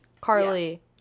carly